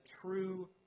true